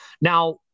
Now